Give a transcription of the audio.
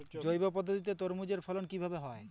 জৈব পদ্ধতিতে তরমুজের ফলন কিভাবে হয়?